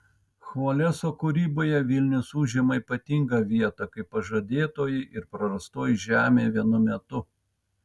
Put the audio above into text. chvoleso kūryboje vilnius užima ypatingą vietą kaip pažadėtoji ir prarastoji žemė vienu metu